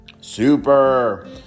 super